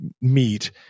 meet